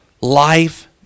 life